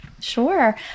Sure